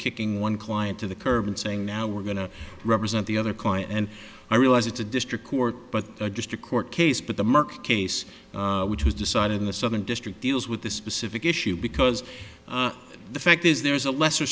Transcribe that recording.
kicking one client to the curb and saying now we're going to represent the other client and i realize it's a district court but just a court case but the market case which was decided in the southern district deals with the specific issue because the fact is there's a lesser